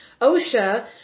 OSHA